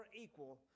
equal